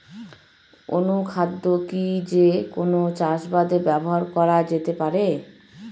অনুখাদ্য কি যে কোন চাষাবাদে ব্যবহার করা যেতে পারে?